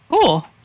Cool